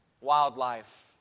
wildlife